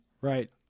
Right